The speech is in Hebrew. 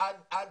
אל תשווה.